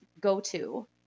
go-to